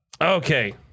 okay